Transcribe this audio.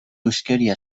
huskeria